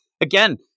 again